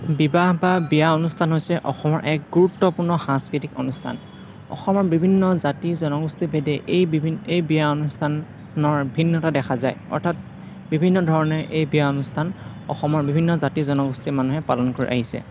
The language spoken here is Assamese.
বিবাহ বা বিয়া অনুষ্ঠান হৈছে অসমৰ এক গুৰুত্বপূৰ্ণ সাংস্কৃতিক অনুষ্ঠান অসমৰ বিভিন্ন জাতি জনগোষ্ঠীভেদে এই এই বিয়া অনুষ্ঠানৰ ভিন্নতা দেখা যায় অৰ্থাৎ বিভিন্ন ধৰণে এই বিয়া অনুষ্ঠান অসমৰ বিভিন্ন জাতি জনগোষ্ঠীৰ মানুহে পালন কৰি আহিছে